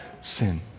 Sin